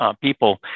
people